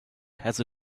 has